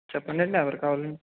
చెప్పండి అండి ఎవరు కావాలండి